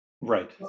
Right